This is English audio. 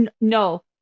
no